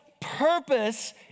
purpose